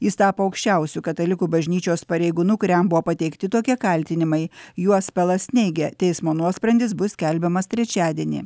jis tapo aukščiausiu katalikų bažnyčios pareigūnu kuriam buvo pateikti tokie kaltinimai juos pelas neigia teismo nuosprendis bus skelbiamas trečiadienį